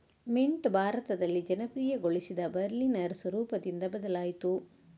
mint ಭಾರತದಲ್ಲಿ ಜನಪ್ರಿಯಗೊಳಿಸಿದ Berliner ಸ್ವರೂಪದಿಂದ ಬದಲಾಯಿತು